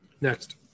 next